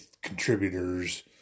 contributors